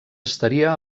estaria